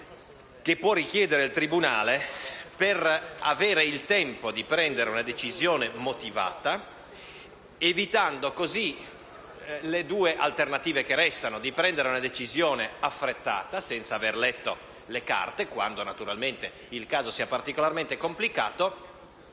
entro il quale il tribunale deve prendere una decisione motivata, evitando così le due alternative che restano, cioè prendere una decisione affrettata senza aver letto le carte (quando naturalmente il caso sia particolarmente complicato)